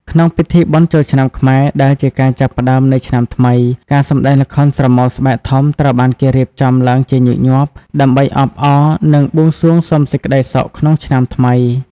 ក្នុងពិធីបុណ្យចូលឆ្នាំខ្មែរ ដែលជាការចាប់ផ្តើមនៃឆ្នាំថ្មី ការសម្តែងល្ខោនស្រមោលស្បែកធំ ត្រូវបានគេរៀបចំឡើងជាញឹកញាប់ ដើម្បីអបអរ និងបួងសួងសុំសេចក្តីសុខក្នុងឆ្នាំថ្មី។